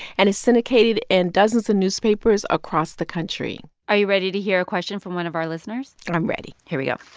and is syndicated in dozens of newspapers across the country are you ready to hear a question from one of our listeners? and i'm ready here we go.